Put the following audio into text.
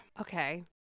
okay